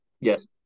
Yes